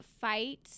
fight